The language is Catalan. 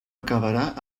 acabarà